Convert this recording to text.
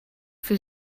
for